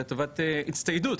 לטובת הצטיידות,